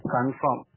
Confirm